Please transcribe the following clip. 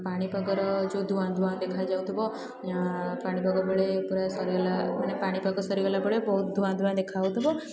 ପାଣି ପାଗର ଯେଉଁ ଧୂଆଁ ଧୂଆଁ ଦେଖାଯାଇଥିବ ପାଣିପାଗ ବେଳେ ପୁରା ସରିଗଲା ମାନେ ପାଣିପାଗ ସରିଗଲା ପରେ ବହୁତ ଧୂଆଁ ଧୂଆଁ ଦେଖା ଯାଉଥିବ